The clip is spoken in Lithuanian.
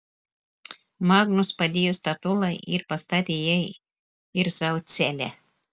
magnus padėjo statulą ir pastatė jai ir sau celę